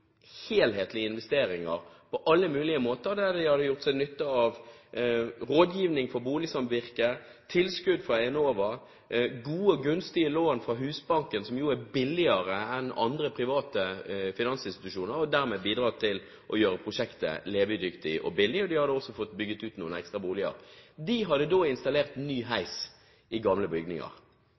helhetlige investeringer på alle mulig måter. De hadde gjort seg nytte av rådgivning for boligsamvirket, tilskudd fra Enova, gode og gunstige lån fra Husbanken, som gjorde det billigere enn andre, private finansinstitusjoner, og dermed bidro til å gjøre prosjektet levedyktig og billig. De hadde også fått bygget ut noen ekstra boliger. De hadde installert ny heis i gamle bygninger.